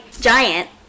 giant